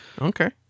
Okay